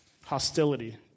hostility